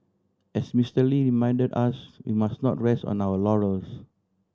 as Mister Lee reminded us we must not rest on our laurels